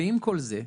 ועם כל זה,